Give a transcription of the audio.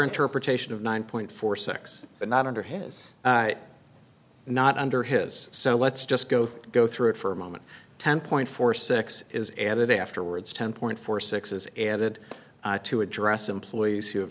interpretation of nine point four six but not under his not under his so let's just go through go through it for a moment ten point four six is added afterwards ten point four six is added to address employees who have